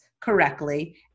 correctly